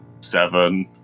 seven